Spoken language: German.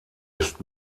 ist